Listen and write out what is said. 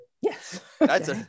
Yes